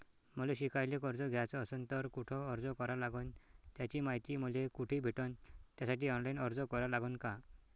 मले शिकायले कर्ज घ्याच असन तर कुठ अर्ज करा लागन त्याची मायती मले कुठी भेटन त्यासाठी ऑनलाईन अर्ज करा लागन का?